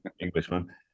Englishman